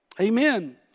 Amen